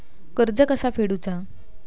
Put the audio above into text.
कर्ज कसा फेडुचा?